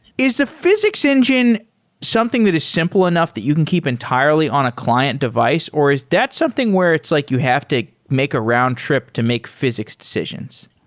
is the physics engine something that is simple enough that you can keep entirely on a client device, or is that something where it's like you have to take make a round-trip to make physics decisions?